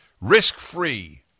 Risk-free